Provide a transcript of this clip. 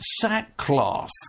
sackcloth